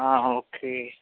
ആ ഓക്കെ